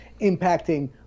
impacting